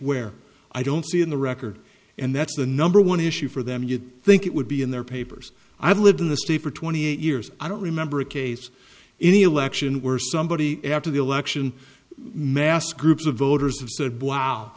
where i don't see in the record and that's the number one issue for them you'd think it would be in their papers i have lived in the state for twenty eight years i don't remember a case in the election where somebody after the election mass groups of voters have said wow